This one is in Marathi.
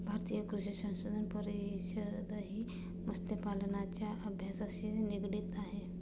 भारतीय कृषी संशोधन परिषदही मत्स्यपालनाच्या अभ्यासाशी निगडित आहे